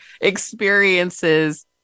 experiences